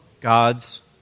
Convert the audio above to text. God's